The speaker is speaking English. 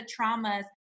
traumas